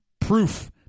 proof